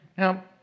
Now